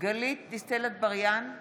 גלית דיסטל אטבריאן,